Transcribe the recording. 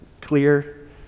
clear